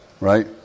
right